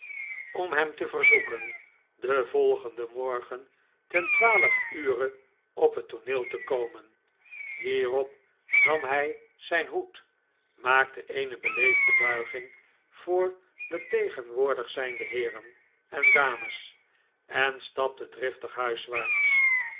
om hem te verzoeken den volgenden morgen ten twaalf ure op het tooneel te komen hierop nam hij zijn hoed maakte eene beleefde buiging voor detegenwoordig zn nde heeren en dames en stapte driftig huiswaarts